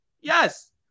Yes